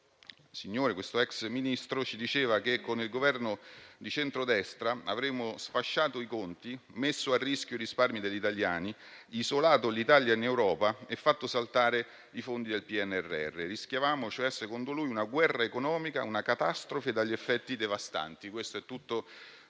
signore, ex Ministro, diceva che con il Governo di centrodestra avremmo sfasciato i conti, messo a rischio i risparmi degli italiani, isolato l'Italia in Europa e fatto saltare i fondi del PNRR. Rischiavamo, cioè, secondo lui, «una guerra economica, una catastrofe dagli effetti devastanti», parole testuali.